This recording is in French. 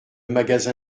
magasin